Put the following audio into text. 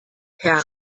herr